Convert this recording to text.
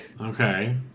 Okay